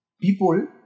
people